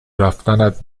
رفتنت